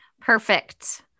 Perfect